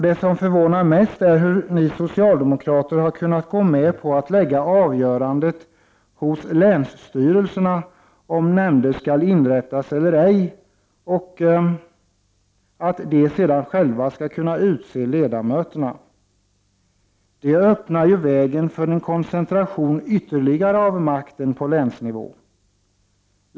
Det som förvånar mest är hur ni socialdemokrater har kunnat gå med på att lägga avgörandet hos länsstyrelserna om nämnder skall inrättas eller ej, och att de sedan själva skall utse ledamöterna. Det öppnar vägen för en ytterligare koncentration av makten på länsnivå.